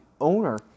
owner